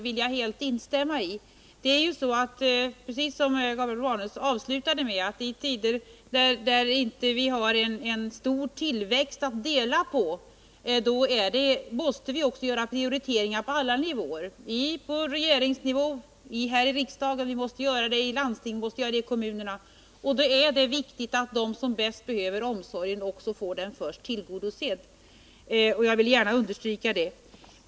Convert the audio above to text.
Det är riktigt, som Gabriel Romanus sade i slutet av sitt anförande, att vi i tider när vi inte har en stor tillväxt att dela på måste göra prioriteringar på alla nivåer — på regeringsnivå, här i riksdagen och i landsting och kommuner. Då är det viktigt — jag vill gärna understryka det — att de som bäst behöver omsorgen också får sina behov först tillgodosedda.